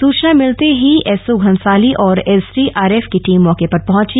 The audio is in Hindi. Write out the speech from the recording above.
सूचना मिलते ही एसओ घनसाली और एस डी आर एफ की टीम मौके पर पहुंची